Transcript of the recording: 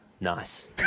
Nice